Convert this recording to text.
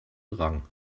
rang